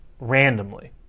randomly